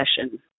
session